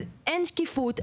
אז אין שקיפות,